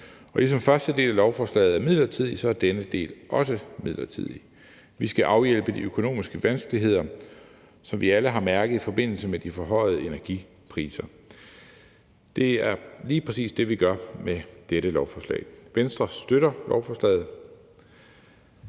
Ligesom første del af lovforslaget er midlertidig, er denne del også midlertidig. Vi skal afhjælpe de økonomiske vanskeligheder, som vi alle har mærket i forbindelse med de forhøjede energipriser. Det er lige præcis det, vi gør med dette lovforslag. Venstre støtter lovforslaget